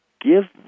Give